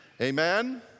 Amen